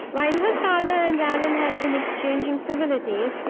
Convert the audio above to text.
while her father and allan had been exchanging civilities,